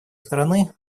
стороны